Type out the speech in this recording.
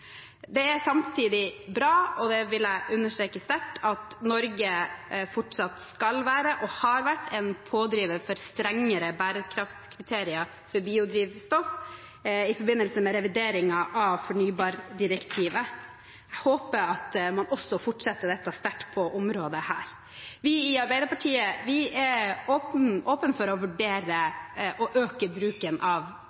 Det er samtidig bra – og det vil jeg understreke sterkt – at Norge fortsatt skal være og har vært en pådriver for strengere bærekraftskriterier for biodrivstoff i forbindelse med revideringen av fornybardirektivet. Jeg håper at man også fortsetter dette sterkt på dette området. Vi i Arbeiderpartiet er åpne for å